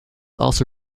also